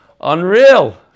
Unreal